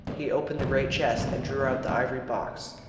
he opened the great chest, and drew out the ivory box.